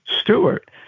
Stewart